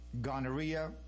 gonorrhea